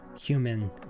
human